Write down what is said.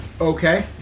Okay